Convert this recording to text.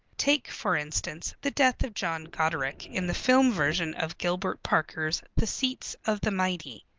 take, for instance, the death of john goderic, in the film version of gilbert parker's the seats of the mighty.